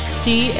see